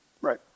right